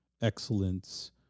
excellence